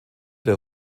der